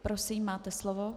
Prosím, máte slovo.